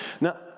Now